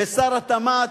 ושר התמ"ת,